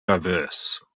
diverse